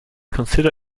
consider